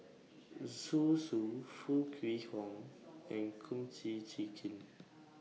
Zhu Xu Foo Kwee Horng and Kum Chee Kin